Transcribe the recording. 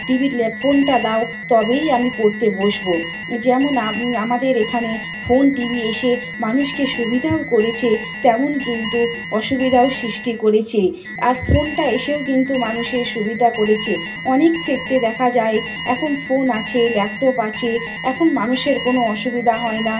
টিভির ল্যা ফোনটা দাও তবেই আমি পড়তে বসবো যেমন আমাদের এখানে ফোন টিভি এসে মানুষকে সুবিধাও করেছে তেমন কিন্তু অসুবিদাও সৃষ্টি করেছে আর ফোনটা এসেও কিন্তু মানুষের সুবিধা করেছে অনেক ক্ষেত্রে দেখা যায় এখন ফোন আছে ল্যাপটপ আছে এখন মানুষের কোনো অসুবিদা হয় না